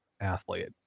athlete